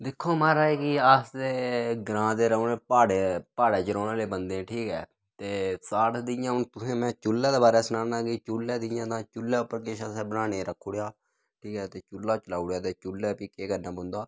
दिक्खो महाराज कि अस ते ग्रांऽ दे रौह्ने प्हाड़ें प्हाड़ें च रौह्ने आह्ले बंदे न ठीक ऐ ते साढ़ा जियां हून तुसें में चुल्ला दे बारे सनानां कि चुल्ला कि'यां होंदा चुल्ला उप्पर असें किश बनाने रक्खी ओड़ेआ ठीक ऐ ते चुल्ला जलाई ओड़ेआ ते चुल्ला फ्ही केह् करना पौंदा